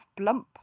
Blump